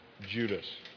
Judas